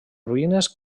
ruïnes